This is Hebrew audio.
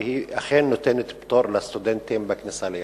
והיא אכן נותנת פטור לסטודנטים בכניסה לירדן,